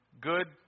Good